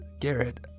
Garrett